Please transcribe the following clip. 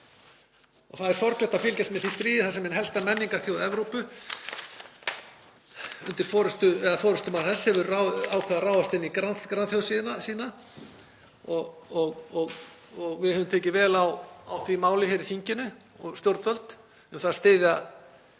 Það er sorglegt að fylgjast með því stríði þar sem ein helsta menningarþjóð Evrópu eða forystumaður hennar, hefur ákveðið að ráðast á grannþjóð sína. Við höfum tekið vel á því máli hér í þinginu og stjórnvöld um það að styðja